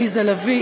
עליזה לביא,